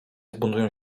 zbuntują